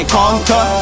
conquer